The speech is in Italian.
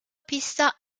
pista